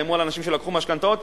תאיימו על אנשים שלקחו משכנתאות.